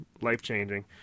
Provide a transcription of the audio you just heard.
life-changing